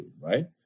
right